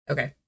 Okay